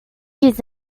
his